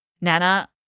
Nana